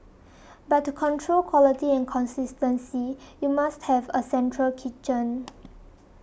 but to control quality and consistency you must have a central kitchen